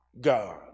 God